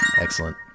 Excellent